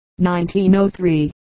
1903